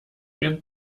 den